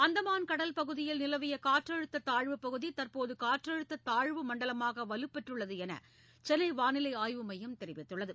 அந்தமான் கடல் பகுதியில் நிலவிய காற்றழுத்த தாழ்வுப்பகுதி தற்போது காற்றழுத்த தாழ்வுமண்டலமாக வலுப்பெற்றுள்ளது என சென்னை வானிலை ஆய்வு மையம் தெரிவித்துள்ளது